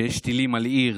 כשיש טילים על עיר,